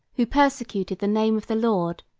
who persecuted the name of the lord,